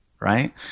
Right